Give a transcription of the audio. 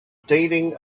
dating